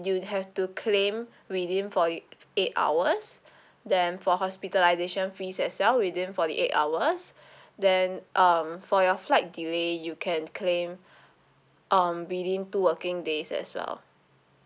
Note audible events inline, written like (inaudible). you have to claim within for it eight hours then for hospitalisation fees as well within forty eight hours (breath) then um for your flight delay you can claim (breath) um within two working days as well